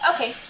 Okay